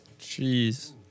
Jeez